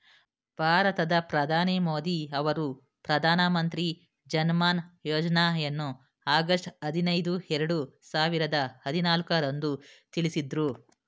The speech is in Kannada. ಭಾರತದ ಪ್ರಧಾನಿ ಮೋದಿ ಅವರು ಪ್ರಧಾನ ಮಂತ್ರಿ ಜನ್ಧನ್ ಯೋಜ್ನಯನ್ನು ಆಗಸ್ಟ್ ಐದಿನೈದು ಎರಡು ಸಾವಿರದ ಹದಿನಾಲ್ಕು ರಂದು ತಿಳಿಸಿದ್ರು